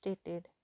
stated